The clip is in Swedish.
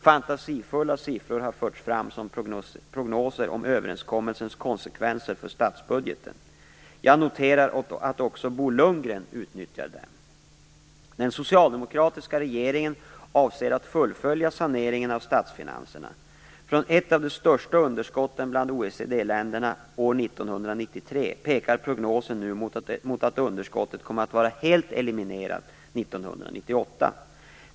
Fantasifulla siffror har förts fram som prognoser om överenskommelsens konsekvenser för statsbudgeten. Jag noterar att också Bo Lundgren utnyttjar dem. Den socialdemokratiska regeringen avser att fullfölja saneringen av statsfinanserna. Från ett av de största underskotten bland OECD-länderna år 1993 pekar prognosen nu mot att underskottet kommer att vara helt eliminerat 1998.